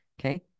Okay